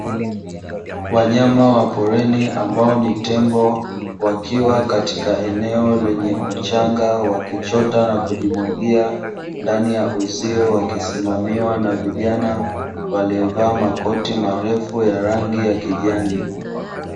Wanyama wa porini ambao ni tembo wakiwa katika eneo lenye mchanga wakichota na kujimwagia ndani ya uzio, wakisimamiwa na vijana waliovaa makoti marefu ya rangi ya kijani.